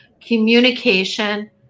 communication